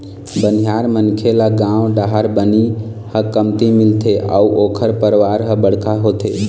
बनिहार मनखे ल गाँव डाहर बनी ह कमती मिलथे अउ ओखर परवार ह बड़का होथे